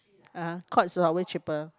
ah Courts always cheaper